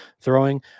throwing